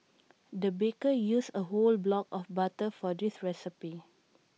the baker used A whole block of butter for this recipe